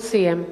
הוא סיים,